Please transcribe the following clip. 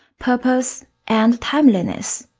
purpose, and timeliness.